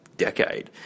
decade